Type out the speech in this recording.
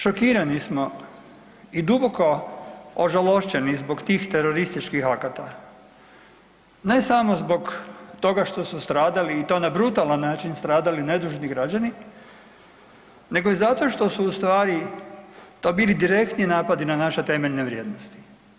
Šokirani smo i duboko ožalošćeni zbog tih terorističkih akata ne samo zbog toga što su stradali i to na brutalan način stradali nedužni građani nego i zato što su ustvari to bili direktni napadi na naše temeljne vrijednosti.